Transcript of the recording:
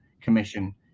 commission